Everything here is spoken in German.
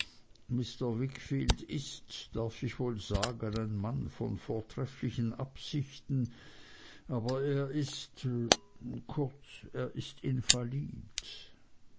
mr wickfield ist darf ich wohl sagen ein mann von vortrefflichen absichten aber er ist kurz er ist